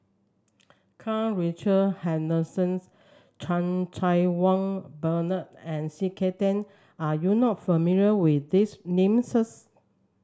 Karl Richard Hanitsch Chan Cheng Wah Bernard and C K Tang are you not familiar with these names